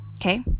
Okay